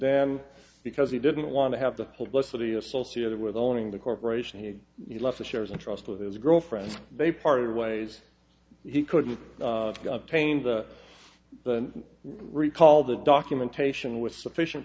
then because he didn't want to have the publicity associated with owning the corporation he left the shares in trust with his girlfriend they parted ways he couldn't change the recall the documentation was sufficient